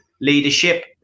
Leadership